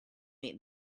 make